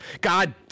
god